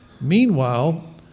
Meanwhile